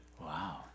Wow